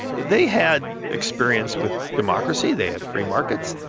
they had experience with democracy, they had free markets,